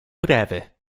breve